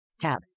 Tab